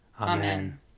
Amen